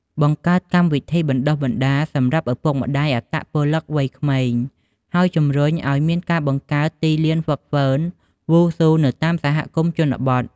បង្កើតកម្មវិធីបណ្ដុះបណ្ដាលសម្រាប់ឪពុកម្ដាយអត្តពលិកវ័យក្មេង ហើយជំរុញឲ្យមានការបង្កើតទីលានហ្វឹកហ្វឺនវ៉ូស៊ូនៅតាមសហគមន៍ជនបទ។